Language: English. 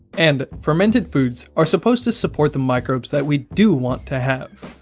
and, fermented foods are supposed to support the microbes that we do want to have.